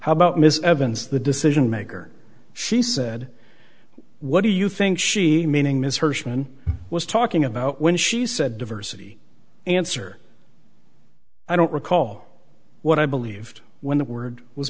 how about miss evans the decision maker she said what do you think she meaning ms hersman was talking about when she said diversity answer i don't recall what i believed when the word was